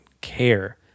care